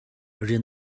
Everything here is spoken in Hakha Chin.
rian